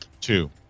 Two